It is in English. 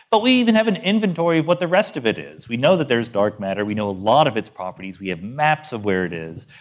but we even have an inventory of what the rest of it is. we know that there is dark matter, we know a lot of its properties, we have maps of where it is,